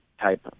type